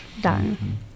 done